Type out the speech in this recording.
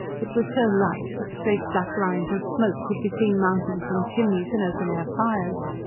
it was so light that straight black lines of smoke could be seen mounting from chimneys and open-air fires.